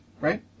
right